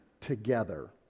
together